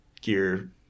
gear